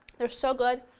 they're so good,